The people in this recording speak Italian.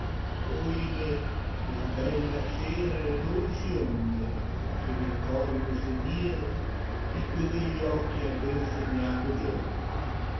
intorno oimè la bella cera e le dolci onde che nel cor mi sedieno di quei begli occhi al ben segnato giorno